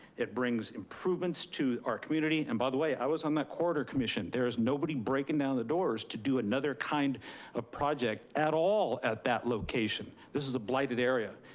it brings improvements to our community, and by the way, i was on that corridor commission. there is nobody breaking down the doors to do another kind of project at all at that location. this is a blighted area.